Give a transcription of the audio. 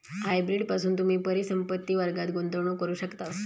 hybrid पासून तुम्ही परिसंपत्ति वर्गात गुंतवणूक करू शकतास